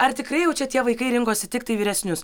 ar tikrai jau čia tie vaikai rinkosi tiktai vyresnius